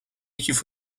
کیف